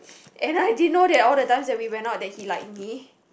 and I didn't know that all the times that we went out that he liked me